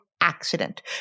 accident